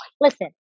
Listen